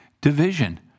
division